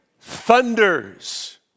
thunders